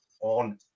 on